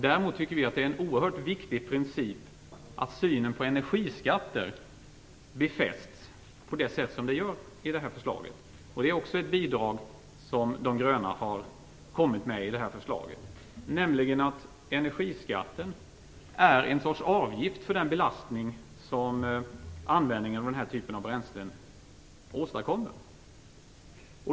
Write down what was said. Däremot tycker vi att det är en oerhört viktig princip att synen på energiskatter befästs på det sätt som görs i förslaget. Ett bidrag till förslaget från De gröna är att energiskatten är en sorts avgift för den belastning som användning av den här typen av bränslen åstadkommer.